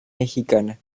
mexicana